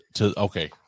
Okay